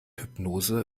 hypnose